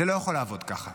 זה לא יכול לעבוד ככה.